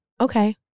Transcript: Okay